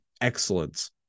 excellence